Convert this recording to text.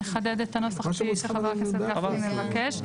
נחדד את הנוסח כי חבר הכנסת גפני מבקש.